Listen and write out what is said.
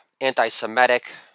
Anti-Semitic